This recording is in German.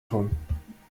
tun